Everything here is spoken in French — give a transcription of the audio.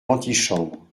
l’antichambre